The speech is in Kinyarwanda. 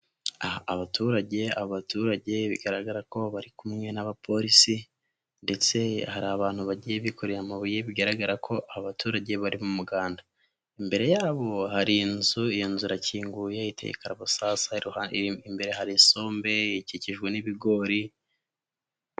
Abaturage aba baturage bigaragara ko bari kumwe n'abapolisi ndetse hari abantu bagiye bikorera amabuye, bigaragara ko abaturage bari mu muganda; imbere yabo hari inzu iyo nzu irakinguye iteka karabasasu imbere hari isombe ikikijwe n'ibigori.